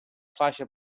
fascia